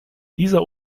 dieser